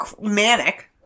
manic